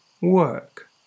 work